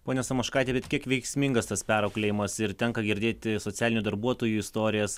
ponia samoškaitė bet kiek veiksmingas tas perauklėjimas ir tenka girdėti socialinių darbuotojų istorijas